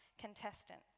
contestant